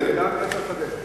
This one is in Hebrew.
זה גם עץ השדה.